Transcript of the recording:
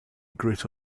grit